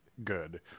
good